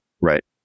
Right